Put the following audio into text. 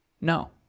No